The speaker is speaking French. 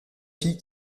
fille